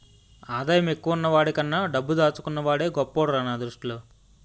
ఆదాయం ఎక్కువున్న వాడికన్నా డబ్బు దాచుకున్న వాడే గొప్పోడురా నా దృష్టిలో